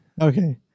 Okay